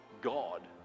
God